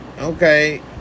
okay